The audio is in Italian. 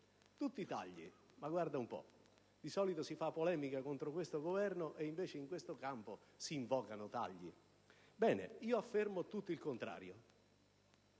Tutti tagli: ma guarda un po'! Di solito si fa polemica contro questo Governo per tale motivo, e invece, in questo campo, si invocano tagli. Ebbene, io affermo tutto il contrario: